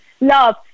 love